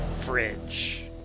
fridge